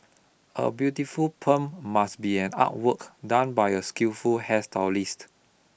a beautiful perm must be an artwork done by a skillful hairstylist